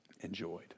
enjoyed